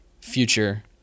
future